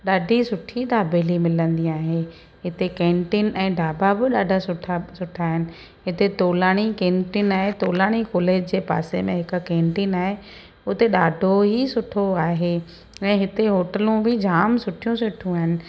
ॾाढी सुठी दाबेली मिलंदी आहे हिते कैंटीन ऐं ढाबा बि ॾाढा सुठा बि सुठा आहिनि हिते तोलाणी कैंटीन आहे तोलाणी कॉलेज जे पासे में हिकु कैंटीन आहे हुते ॾाढो ई सुठो आहे ऐं हिते होटलूं बि जामु सुठियूं सुठियूं आहिनि